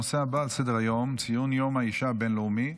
הנושא הבא על סדר-היום: ציון יום האישה הבין-לאומי.